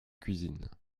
cuisine